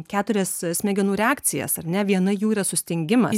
keturias smegenų reakcijas ar ne viena jų yra sustingimas